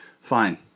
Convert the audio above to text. Fine